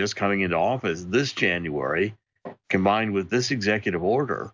just coming into office this january combined with this executive order